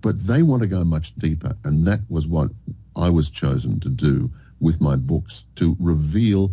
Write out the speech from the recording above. but they want to go much deeper and that's what i was chosen to do with my books to reveal